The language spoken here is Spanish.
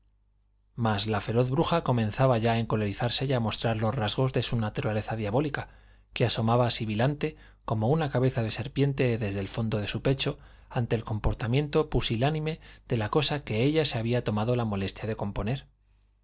mas la feroz bruja comenzaba ya a encolerizarse y a mostrar los rasgos de su naturaleza diabólica que asomaba sibilante como una cabeza de serpiente desde el fondo de su pecho ante el comportamiento pusilánime de la cosa que ella se había tomado la molestia de componer